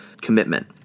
commitment